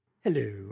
Hello